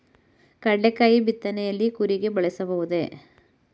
ಕಡ್ಲೆಕಾಯಿ ಬಿತ್ತನೆಯಲ್ಲಿ ಕೂರಿಗೆ ಬಳಸಬಹುದೇ?